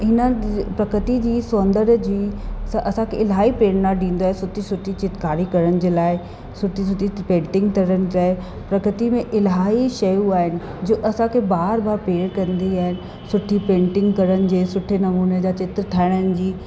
इन्हनि प्रकृति जी सौंदर्य जी स असांखे इलाही प्रेरणा ॾींदो आहे सुठी सुठी चित्रकारी करण जे लाए सुठी सुठी पेंटिंग करण जे लाइ प्रकृति में इलाही शयूं आहिनि जो असांखे बार बार प्रेरित कंदियूं आहिनि सुठी पेंटिंग करण जे सुठे नमुननि जा चित्र ठहाइणनि जी